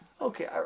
okay